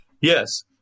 Yes